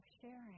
sharing